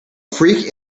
freak